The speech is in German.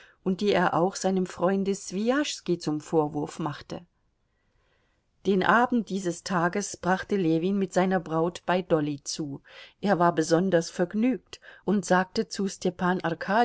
und die er auch seinem freunde swijaschski zum vorwurf machte den abend dieses tages brachte ljewin mit seiner braut bei dolly zu er war besonders vergnügt und sagte zu stepan